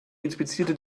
inspizierte